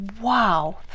wow